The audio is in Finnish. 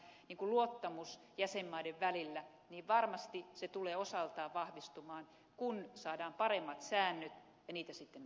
karjulan peräänkuuluttama luottamus jäsenmaiden välillä varmasti tulee osaltaan vahvistumaan kun saadaan paremmat säännöt ja niitä sitten noudatetaan